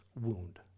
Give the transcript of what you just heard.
wound